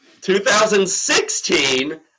2016